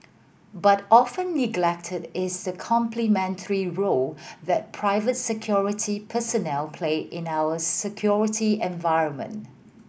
but often neglected is the complementary role that private security personnel play in our security environment